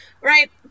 Right